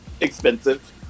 expensive